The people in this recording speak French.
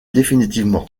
définitivement